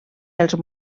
els